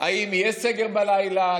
האם יהיה סגר בלילה?